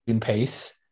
pace